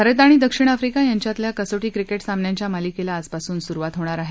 भारत आणि दक्षिण आफ्रिका यांच्यातल्या कसोटी क्रिकेट सामन्यांच्या मालिकेला आजपासून सुरूवात होणार आहे